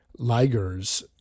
ligers